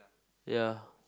ya